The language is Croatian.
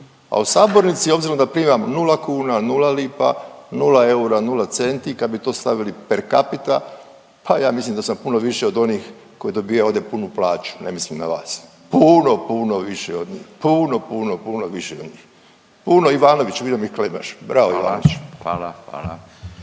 A u sabornici obzirom da primam nula kuna, nula lipa, nula eura, nula centi i kad bi to stavili per capita, pa ja mislim da sam puno više od onih koji dobijaju ovdje punu plaću. Ne mislim na vas. Puno, puno više od njih. Puno, puno, puno više od njih. Puno, puno više. Ivanović, vidim da me gledaš. Bravo Ivanoviću! **Radin,